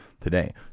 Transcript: today